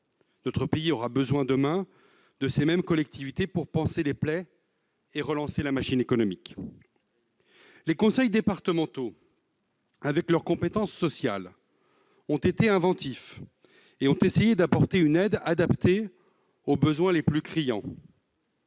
Il aura besoin, demain, de ces mêmes collectivités pour panser les plaies et relancer la machine économique. Les conseils départementaux, avec leur compétence sociale, ont été inventifs ; ils ont essayé d'apporter une aide adaptée aux besoins les plus criants.